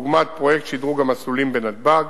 דוגמת פרויקט שדרוג המסלולים בנתב"ג,